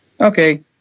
okay